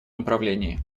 направлении